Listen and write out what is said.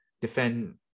defend